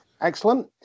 Excellent